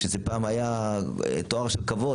פעם זה היה תואר של כבוד,